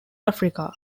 africa